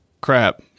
crap